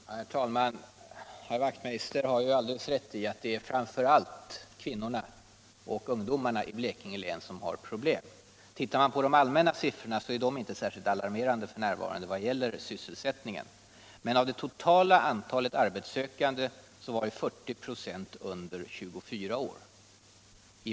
Herr talman! Herr Wachtmeister har alldeles rätt i att det framför allt är kvinnorna och ungdomarna i Blekinge län som har problem. De allmänna siffrorna är visserligen inte särskilt alarmerande f.n. vad gäller sysselsättningen. Men av det totala antalet arbetssökande i Blekinge var 40 26 under 24 år.